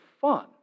fun